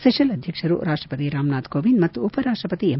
ಸೆತಲ್ಲ್ ಅಧ್ಯಕ್ಷರು ರಾಷ್ಪಪತಿ ರಾಮನಾಥ್ ಕೋವಿಂದ್ ಮತ್ತು ಉಪರಾಷ್ಪಪತಿ ಎಂ